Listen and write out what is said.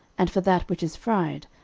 and for that which is fried,